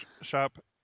shop